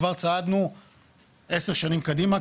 כבר צעדנו עשר שנים קדימה,